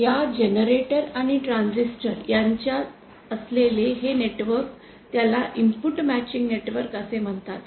आणि जनरेटर आणि ट्रान्झिस्टर यांच्यात असलेले हे नेटवर्क त्याला इनपुट मॅचिंग नेटवर्क असे म्हणतात